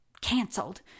canceled